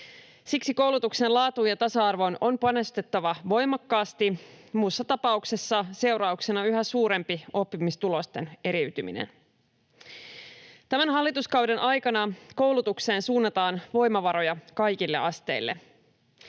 Siksi koulutuksen laatuun ja tasa-arvoon on panostettava voimakkaasti. Muussa tapauksessa seurauksena on yhä suurempi oppimistulosten eriytyminen. Tämän hallituskauden aikana koulutukseen suunnataan voimavaroja kaikille asteille.